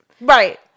right